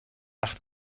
nacht